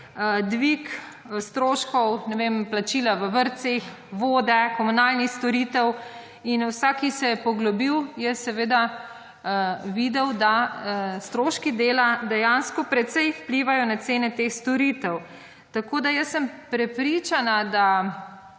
dvig stroškov, ne vem, plačila v vrtcih, vode, komunalnih storitev in vsak, ki se je poglobil, je seveda videl, da stroški dela dejansko precej vplivajo na cene teh storitev. Tako da, jaz sem prepričana, da